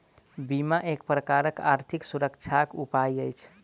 बीमा एक प्रकारक आर्थिक सुरक्षाक उपाय अछि